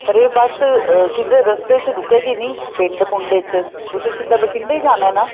ਪਰ ਇਹ ਬੱਸ ਕਿਧਰੇ ਰਸਤੇ 'ਚ ਰੁਕੇਗੀ ਨਹੀਂ ਪਿੰਡ ਪੁੰਡ 'ਚ ਤੁਸੀਂ ਸਿੱਧਾ ਬਠਿੰਡੇ ਜਾਣਾ ਨਾ